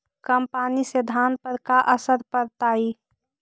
कम पनी से धान पर का असर पड़तायी?